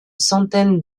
centaine